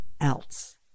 else